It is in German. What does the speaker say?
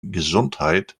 gesundheit